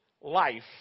life